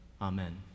Amen